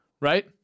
Right